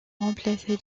remplacer